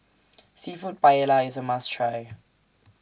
Seafood Paella IS A must Try